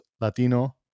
Latino